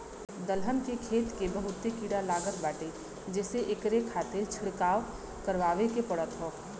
दलहन के खेत के बहुते कीड़ा लागत बाटे जेसे एकरे खातिर छिड़काव करवाए के पड़त हौ